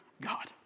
God